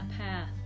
path